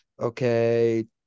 Okay